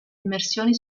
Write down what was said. immersioni